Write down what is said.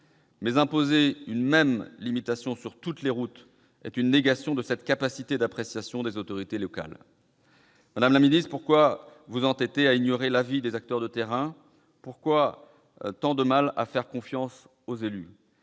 ! Imposer une même limitation sur toutes les routes c'est nier la capacité d'appréciation des autorités locales. Madame la ministre, pourquoi vous entêtez-vous à ignorer l'avis des acteurs de terrain ? Pourquoi avez-vous tant de mal à faire confiance aux élus ?